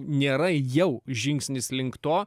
nėra jau žingsnis link to